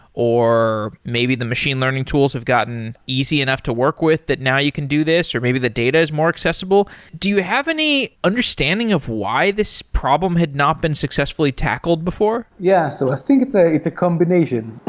or maybe the machine learning tools have gotten easy enough to work with that now you can do this, or maybe the data is more accessible. do you have any understanding of why this problem had not been successfully tackled before? yeah. so i think it's ah it's a combination.